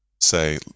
say